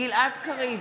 גלעד קריב,